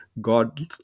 God